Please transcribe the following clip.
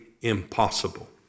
impossible